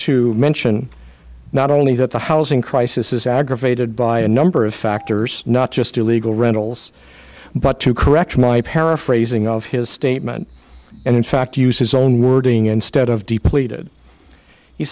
to mention not only that the housing crisis is aggravated by a number of factors not just illegal rentals but to correct my paraphrasing of his statement and in fact use his own wording instead of